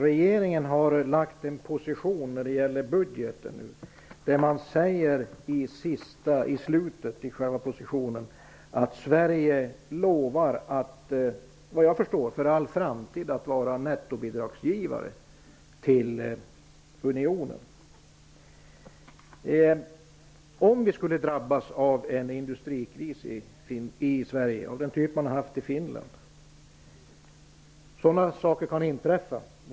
Regeringen har lagt fram ett positionspapper när det gäller budgeten. I slutet av det sägs det att Sverige lovar -- såvitt jag förstår för all framtid -- att vara nettobidragsgivare till unionen. Vi skulle kunna drabbas av en industrikris i Sverige av den typ som man har drabbats av i Finland. Sådant kan inträffa.